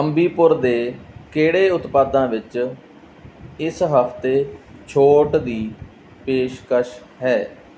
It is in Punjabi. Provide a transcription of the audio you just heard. ਅੰਬੀ ਪੁਰ ਦੇ ਕਿਹੜੇ ਉਤਪਾਦਾਂ ਵਿੱਚ ਇਸ ਹਫ਼ਤੇ ਛੋਟ ਦੀ ਪੇਸ਼ਕਸ਼ ਹੈ